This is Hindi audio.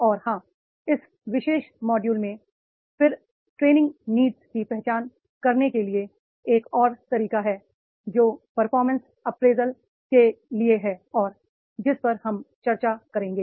और यहां इस विशेष मॉड्यूल में फिर ट्रे निंग नीड की पहचान करने के लिए एक और तरीका है जो परफॉर्मेंस अप्रेजल के लिए है और जिस पर हम चर्चा करेंगे